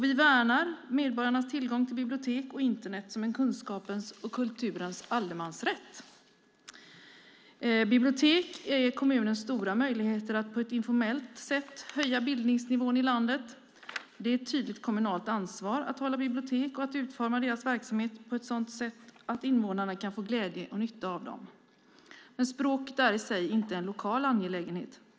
Vi värnar medborgarnas tillgång till bibliotek och Internet som en kunskapens och kulturens allemansrätt. Bibliotek är kommunernas stora möjlighet att på ett informellt sätt höja bildningsnivån i landet. Det är ett tydligt kommunalt ansvar att hålla bibliotek och utforma deras verksamhet på ett sådant sätt att invånarna kan få glädje och nytta av dem. Men språket är i sig inte en lokal angelägenhet.